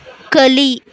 ಕಲಿ